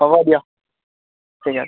হ'ব দিয়ক ঠিক আছে